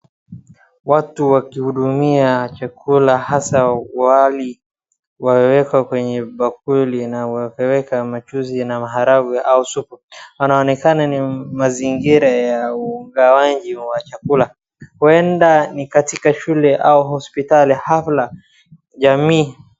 Watu wakihudumia chakula hasa wali, wameweka kwenye bakuli na wakaweka michuzi na maharagwe au supuu. Inaonekana ni mazingira ya ugawaji wa chakula, huenda ni katika shule au hosiptali hafla ,jamii.